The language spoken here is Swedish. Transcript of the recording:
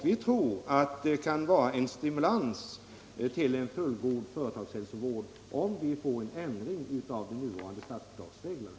Vi tror att det kan vara en stimulans till en fullgod företagshälsovård om vi får en ändring av nuvarande statsbidragsregler.